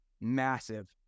massive